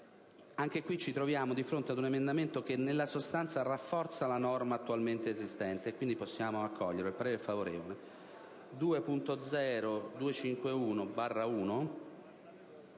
caso ci troviamo di fronte ad un emendamento che nella sostanza rafforza la norma attualmente esistente, e quindi il parere è favorevole.